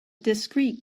discrete